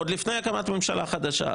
עוד לפני הקמת ממשלה חדשה.